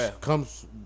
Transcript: comes